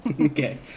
Okay